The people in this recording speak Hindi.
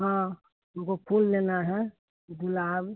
हाँ हमको फूल लेना है गुलाब